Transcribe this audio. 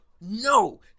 no